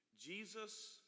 Jesus